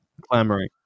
Clamoring